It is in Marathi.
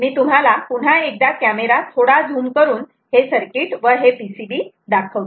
मी तुम्हाला पुन्हा एकदा कॅमेरा थोडा झूम करून हे सर्किट व हे PCB दाखवतो